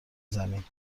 زمین